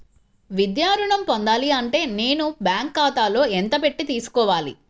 విద్యా ఋణం పొందాలి అంటే నేను బ్యాంకు ఖాతాలో ఎంత పెట్టి తీసుకోవాలి?